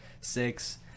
six